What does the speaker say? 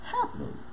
happening